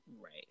Right